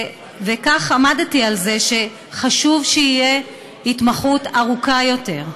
וכך עמדתי על זה שחשוב שתהיה התמחות ארוכה יותר.